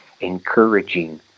encouraging